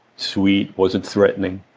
sweet, wasn't threatening.